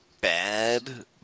bad